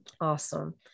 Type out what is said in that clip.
Awesome